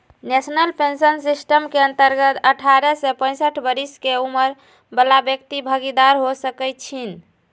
national pension system के अंतर्गत अठारह से पैंसठ बरिश के उमर बला व्यक्ति भागीदार हो सकइ छीन्ह